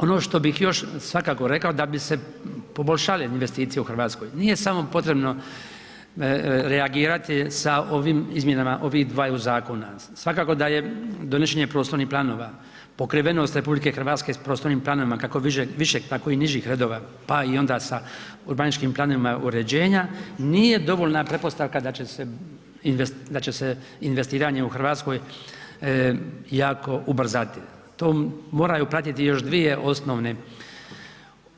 Ono što bih još svakako rekao, da bi se poboljšale investicije u RH, nije samo potrebno reagirati sa ovim izmjenama ovih dvaju zakona, svakako da je donošenje prostornih planova, pokrivenost RH s prostornim planovima, kako višeg, tako i nižih redova, pa i onda sa urbanističkim planovima uređenja, nije dovoljna pretpostavka da će se investiranje u RH jako ubrzati, to moraju platiti još dvije osnovne,